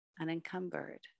unencumbered